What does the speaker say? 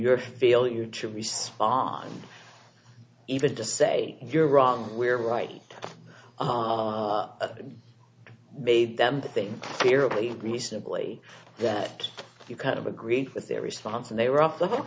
your failure to respond even to say you're wrong we're right and made them that they clearly reasonably that you kind of agreed with their response and they were off the hook